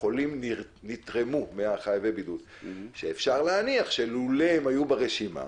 חולים נתרמו מחייבי הבידוד שאפשר להניח שאילולא הם היו ברשימה